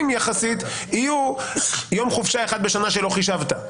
יחסית יהיו יום חופשה אחד בשנה שלא חישבת.